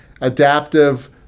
adaptive